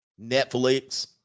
Netflix